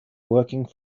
working